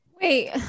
Wait